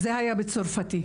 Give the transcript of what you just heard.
זה היה בצרפתי.